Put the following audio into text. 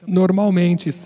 normalmente